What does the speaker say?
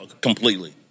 completely